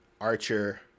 Archer